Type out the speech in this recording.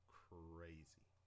crazy